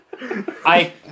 I-